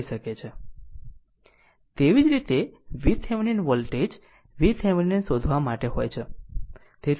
અને તે જ રીતે VThevenin વોલ્ટેજ VThevenin શોધવા માટે હોય છે